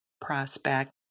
prospect